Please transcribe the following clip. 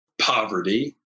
poverty